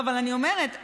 אבל אני אומרת שהמדינה,